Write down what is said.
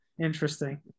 Interesting